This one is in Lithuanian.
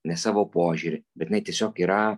ne savo požiūrį bet jinai tiesiog yra